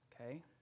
okay